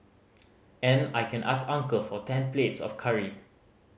and I can ask uncle for ten plates of curry